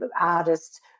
artists